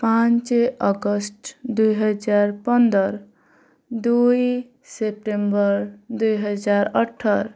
ପାଞ୍ଚ ଅଗଷ୍ଟ ଦୁଇହଜାର ପନ୍ଦର ଦୁଇ ସେପ୍ଟେମ୍ବର ଦୁଇହଜାର ଅଠର